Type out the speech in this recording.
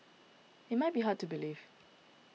it might be hard to believe